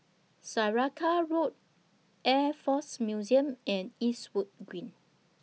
Saraca Road Air Force Museum and Eastwood Green